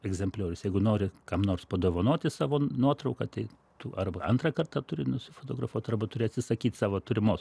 egzempliorius jeigu nori kam nors padovanoti savo nuotrauką tai tu arba antrą kartą turi nusifotografuot arba turi atsisakyt savo turimos